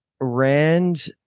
Rand